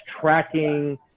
tracking